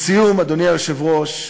לסיום, אדוני היושב-ראש,